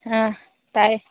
ꯑꯥ ꯇꯥꯏ